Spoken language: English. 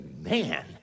man